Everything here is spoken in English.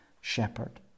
Shepherd